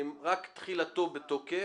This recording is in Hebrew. רק תחילתו בתוקף.